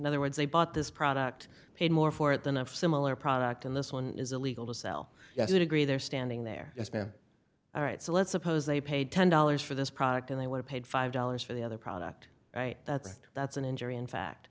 in other words they bought this product paid more for it than of similar product and this one is illegal to sell that's a degree they're standing there yes ma'am all right so let's suppose they paid ten dollars for this product and they want to paid five dollars for the other product right that that's an injury in fact